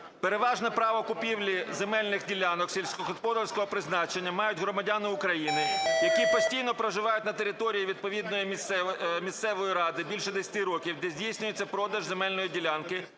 "Переважне право купівлі земельних ділянок сільськогосподарського призначення мають громадяни України, які постійно проживають на території відповідної місцевої ради більше 10 років, де здійснюється продаж земельної ділянки,